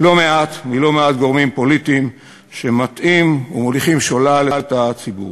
לא מעט מלא-מעט גורמים פוליטיים שמטעים ומוליכים שולל את הציבור.